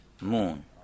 moon